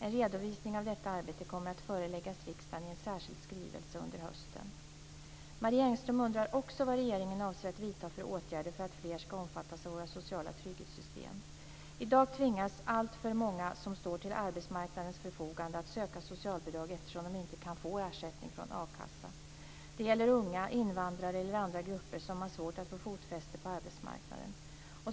En redovisning av detta arbete kommer att föreläggas riksdagen i en särskild skrivelse under hösten. I dag tvingas alltför många som står till arbetsmarknadens förfogande att söka socialbidrag eftersom de inte kan få ersättning från a-kassa. Det gäller unga, invandrare eller andra grupper som har svårt att få fotfäste på arbetsmarknaden.